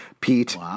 Pete